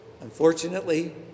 Unfortunately